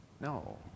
No